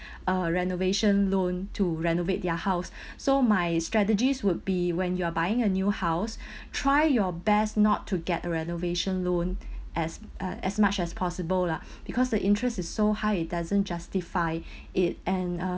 a renovation loan to renovate their house so my strategies would be when you are buying a new house try your best not to get the renovation loan as uh as much as possible lah because the interest is so high it doesn't justify it and